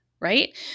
right